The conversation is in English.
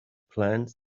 plants